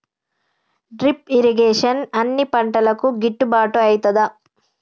Drip irrigation అన్ని పంటలకు గిట్టుబాటు ఐతదా?